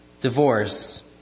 Divorce